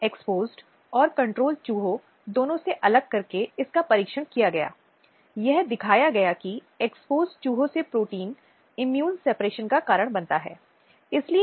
एक विशेषज्ञ की भूमिका नीति और रणनीति को आकार देने और समाधान के गठन की पहचान करने के लिए अद्वितीय ज्ञान और अनुभव लाने के लिए है